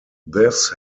this